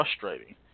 frustrating